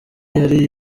yari